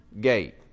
gate